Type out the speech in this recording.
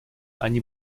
они